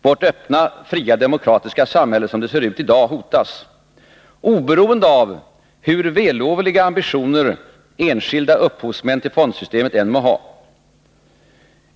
Vårt öppna, fria demokratiska samhälle, som det ser ut i dag, hotas, oberoende av hur vällovliga ambitioner enskilda upphovsmän till fondsystemet än må ha.